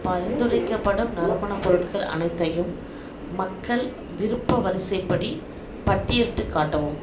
பரிந்துரைக்கப்படும் நறுமணப் பொருட்கள் அனைத்தையும் மக்கள் விருப்ப வரிசைப்படி பட்டியலிட்டுக் காட்டவும்